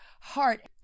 heart